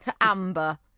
Amber